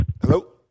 Hello